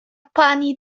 pani